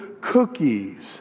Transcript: cookies